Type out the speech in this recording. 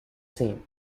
same